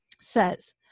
says